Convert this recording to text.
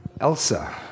Elsa